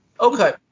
Okay